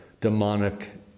demonic